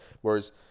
Whereas